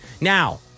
now